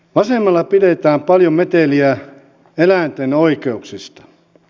vasemmalla pidetään paljon meteliä eläinten oikeuksista